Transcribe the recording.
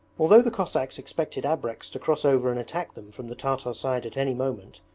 although the cossacks expected abreks to cross over and attack them from the tartar side at any moment,